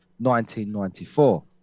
1994